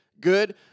good